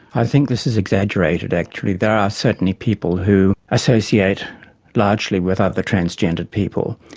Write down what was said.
i think this is exaggerated, actually. there are certainly people who associate largely with other transgendered people.